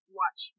watch